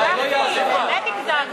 לא יעזור לך.